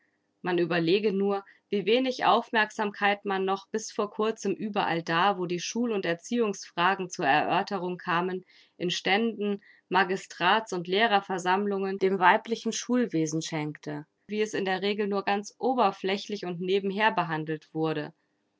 man überlege nur wie wenig aufmerksamkeit man noch bis vor kurzem überall da wo die schul und erziehungsfragen zur erörterung kamen in ständen magistrats und lehrerversammlungen dem weiblichen schulwesen schenkte wie es in der regel nur ganz oberflächlich und nebenher behandelt wurde